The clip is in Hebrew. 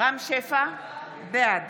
רם שפע, בעד